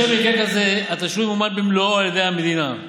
במקטע זה התשלום ימומן במלואו על ידי המדינה.